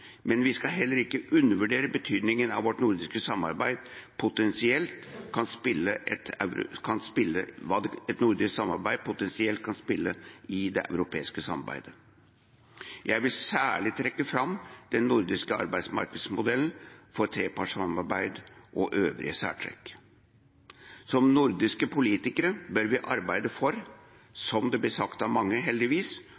men vi skal heller ikke undervurdere betydningen som et nordisk samarbeid potensielt kan spille i det europeiske samarbeidet. Jeg vil særlig trekke fram den nordiske arbeidsmarkedsmodellen, med trepartssamarbeid og øvrige særtrekk. Som nordiske politikere bør vi arbeide for